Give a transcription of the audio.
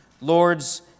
Lord's